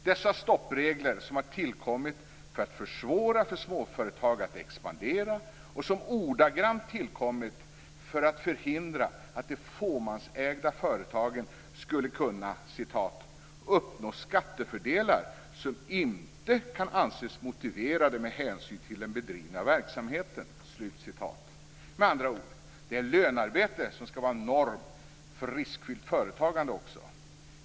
Dessa stoppregler har tillkommit för att försvåra för småföretag att expandera och har ordagrant tillkommit för att förhindra att de fåmansägda företagen skulle "uppnå skattefördelar som inte kan anses motiverade med hänsyn till den bedrivna verksamheten". Det är lönearbete som skall vara norm för riskfyllt företagande.